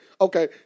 Okay